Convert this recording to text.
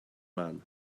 man